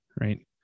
Right